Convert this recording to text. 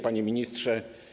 Panie Ministrze!